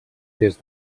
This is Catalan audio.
des